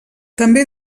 també